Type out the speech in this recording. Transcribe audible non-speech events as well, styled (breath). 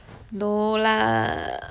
(breath) no lah